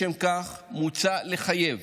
לשם כך, מוצע לחייב